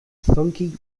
funky